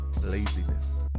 laziness